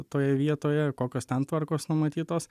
toje vietoje kokios ten tvarkos numatytos